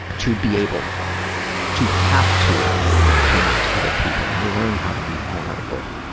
to be able to have to connect to other people and learn how to be vulnerable.